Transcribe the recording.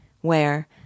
where